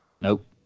Nope